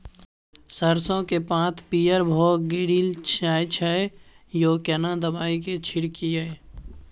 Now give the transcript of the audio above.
सरसो के पात पीयर भ के गीरल जाय छै यो केना दवाई के छिड़कीयई?